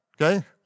okay